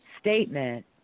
statement